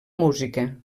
música